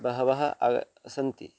बह्व्यः आगताः सन्ति